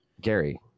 Gary